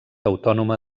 autònoma